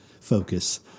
focus